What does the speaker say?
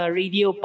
radio